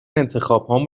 انتخابهام